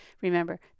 Remember